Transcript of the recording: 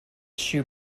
shoe